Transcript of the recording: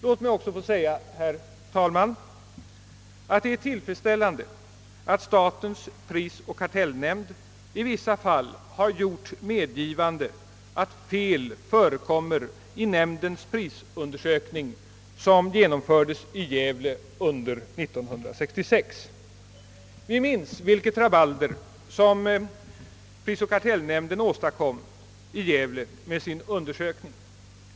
Låt mig också, herr talman, få säga att det är tillfredsställande att statens prisoch kartellnämnd i vissa fall gjort medgivanden att fel förekommer i den prisundersökning som nämnden genomförde i Gävle under 1966. Vi minns vilket rabalder prisoch kartellnämnden åstadkom med sin undersökning i Gävle.